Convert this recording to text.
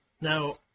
now